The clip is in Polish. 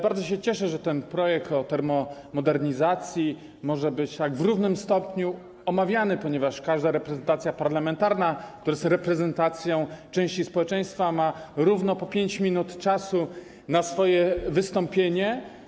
Bardzo się cieszę, że ten projekt o termomodernizacji może być w równym stopniu omawiany, ponieważ każda reprezentacja parlamentarna, która jest reprezentacją części społeczeństwa, ma równo po 5 minut na swoje wystąpienie.